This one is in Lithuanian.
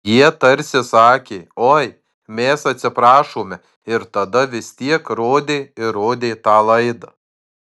jie tarsi sakė oi mes atsiprašome ir tada vis tiek rodė ir rodė tą laidą